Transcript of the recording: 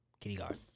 kindergarten